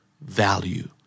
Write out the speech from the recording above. value